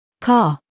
car